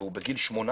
והוא בגיל 18